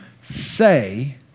say